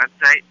website